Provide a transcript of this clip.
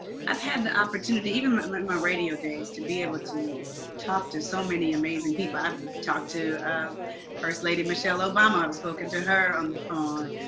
i've had the opportunity, even um in my radio days, to be able to talk to so many amazing people. i've talked to first lady michelle obama. i've um spoken to her on the phone.